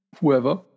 whoever